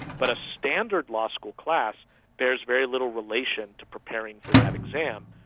but a standard law school class bears very little relation to preparing for that exam,